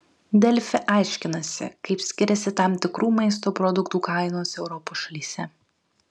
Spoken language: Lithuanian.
delfi aiškinasi kaip skiriasi tam tikrų maisto produktų kainos europos šalyse